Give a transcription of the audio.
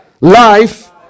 life